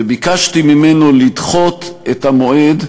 וביקשתי ממנו לדחות את המועד,